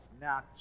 Now